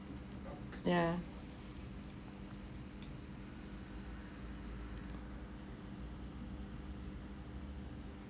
yeah